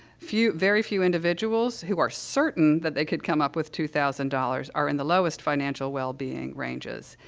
few very few individuals who are certain that they could come up with two thousand dollars are in the lowest financial wellbeing ranges,